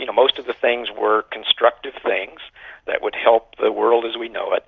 you know most of the things were constructive things that would help the world as we know it.